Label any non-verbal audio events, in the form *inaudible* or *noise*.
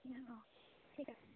*unintelligible* অঁ ঠিক আছে